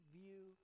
view